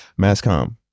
Masscom